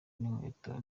n’inkweto